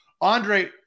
Andre